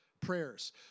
prayers